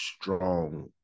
strong